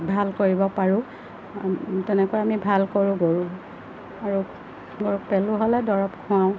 ভাল কৰিব পাৰোঁ তেনেকৈ আমি ভাল কৰোঁ গৰু আৰু গৰ পেলু হ'লে দৰৱ খুৱাওঁ